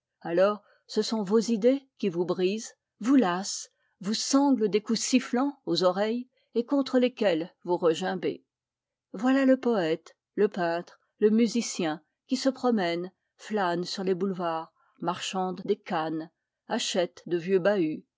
alors ce sont vos idées qui vous brisent vous lassent vous sanglent des coups sifflants aux oreilles et contre lesquels vous regimbez voilà le poète le peintre le musicien qui se promène flâne sur les boulevards marchande des cannes achète de vieux bahuts